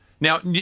Now